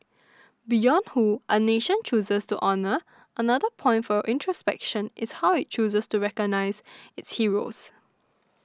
beyond who a nation chooses to honour another point for introspection is how it chooses to recognise its heroes